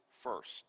first